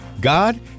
God